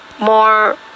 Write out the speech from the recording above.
more